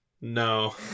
No